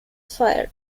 fire